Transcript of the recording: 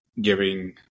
giving